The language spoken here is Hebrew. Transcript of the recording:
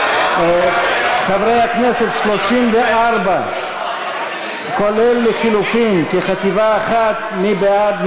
חברי הכנסת, 34 כולל לחלופין, כחטיבה אחת, מי בעד?